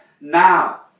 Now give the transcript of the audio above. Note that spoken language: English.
now